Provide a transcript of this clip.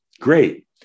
great